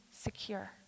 secure